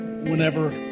whenever